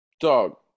dog